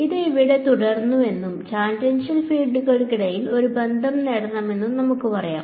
ഇത് ഇവിടെ തുടരുന്നുവെന്നും ടാൻജൻഷ്യൽ ഫീൽഡുകൾക്കിടയിൽ ഒരു ബന്ധം നേടണമെന്നും നമുക്ക് പറയാം